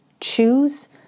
choose